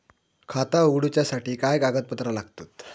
खाता उगडूच्यासाठी काय कागदपत्रा लागतत?